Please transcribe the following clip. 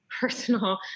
personal